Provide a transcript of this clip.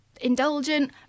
indulgent